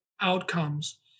outcomes